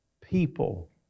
people